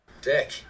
dick